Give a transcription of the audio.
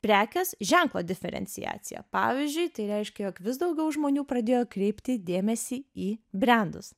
prekės ženklo diferenciaciją pavyzdžiui tai reiškia jog vis daugiau žmonių pradėjo kreipti dėmesį į brendus